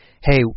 hey